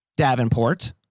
Davenport